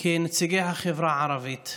כנציגי החברה הערבית,